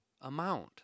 amount